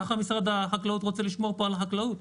ככה משרד החקלאות רוצה לשמור על החקלאות?